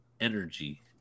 energy